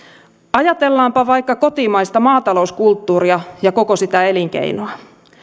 ajatellaanpa vaikka kotimaista maatalouskulttuuria ja koko sitä elinkeinoa